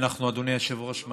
אדוני היושב-ראש,